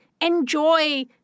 enjoy